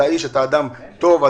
על האיש, אתה אדם טוב.